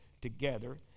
together